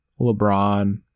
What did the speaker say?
LeBron